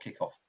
kickoff